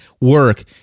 work